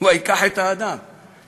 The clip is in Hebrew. "ויקח, את האדם";